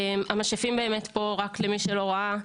המשאפים פה רק למי שלא ראה,